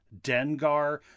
Dengar